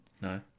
no